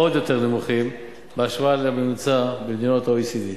עוד יותר נמוכים בהשוואה לממוצע במדינות ה-OECD.